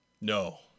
No